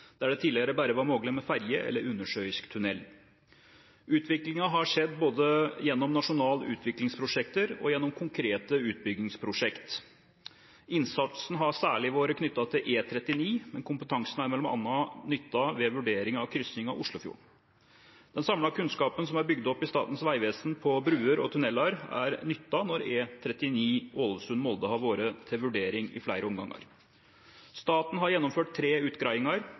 der det tidligere bare var mulig med ferge eller undersjøisk tunnel. Utviklingen har skjedd både gjennom nasjonale utviklingsprosjekter og gjennom konkrete utbyggingsprosjekter. Innsatsen har særlig vært knyttet til E39, men kompetansen er bl.a. nyttet ved vurdering av kryssing av Oslofjorden. Den samlede kunnskapen som er bygd opp i Statens vegvesen på broer og tunneler, er nyttet når E39 Ålesund–Molde har vært til vurdering i flere omganger. Staten har gjennomført tre